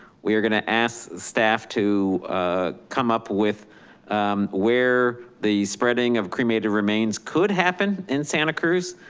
we are gonna ask staff to ah come up with where the spreading of cremated remains could happen in santa cruz.